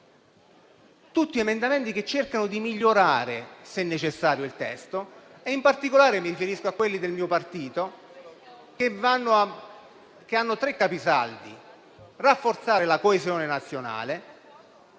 tutti emendamenti che cercano di migliorare, se necessario, il testo. In particolare mi riferisco a quelli del mio partito, che hanno tre capisaldi: rafforzare la coesione nazionale,